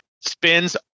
spins